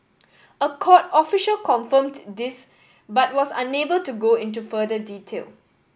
a court official confirmed this but was unable to go into further detail